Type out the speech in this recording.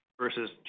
versus